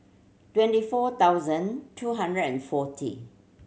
twenty four thousand two hundred and forty